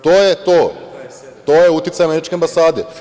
To je to, to je uticaj Američke ambasade.